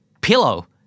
pillow